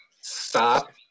stop